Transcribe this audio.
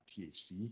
THC